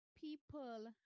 people